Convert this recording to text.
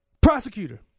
Prosecutor